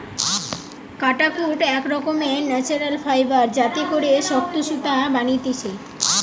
কাটাকুট এক রকমের ন্যাচারাল ফাইবার যাতে করে শক্ত সুতা বানাতিছে